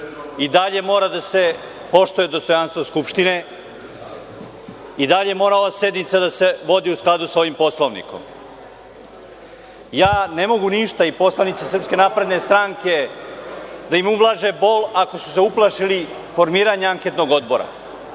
i dalje mora da se poštuje dostojanstvo Skupštine, i dalje mora ova sednica da se vodi u skladu sa ovim Poslovnikom. Ja ne mogu ništa, i poslanici SNS, da im ublaže bol ako su se uplašili formiranja anketnog odbora,